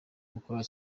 gukora